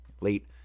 late